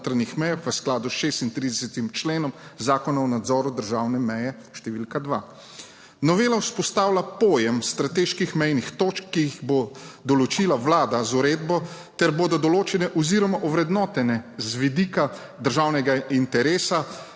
v skladu s 36. členom Zakona o nadzoru državne meje številka 2. Novela vzpostavlja pojem strateških mejnih točk, ki jih bo določila Vlada z uredbo ter bodo določene oziroma ovrednotene z vidika državnega interesa